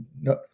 no